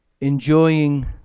enjoying